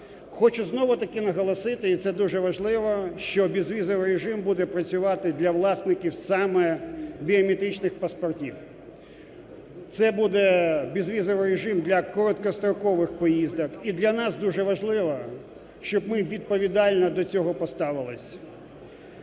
Хочу знову-таки наголосити, і це дуже важливо, що безвізовий режим буде працювати для власників саме біометричних паспортів. Це буде безвізовий режим для короткострокових поїздок. І для нас дуже важливо, щоб ми відповідально до цього поставились.